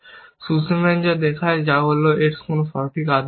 Sussman যা দেখায় তা হল কোন সঠিক আদেশ নেই